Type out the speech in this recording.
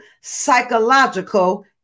psychological